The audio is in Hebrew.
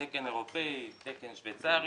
תקן אירופי, תקן שווייצרי.